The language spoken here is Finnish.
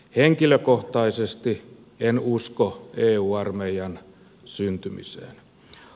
henkilökohtaisesti en usko eu armeijan syntymiseen